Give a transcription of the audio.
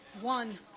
One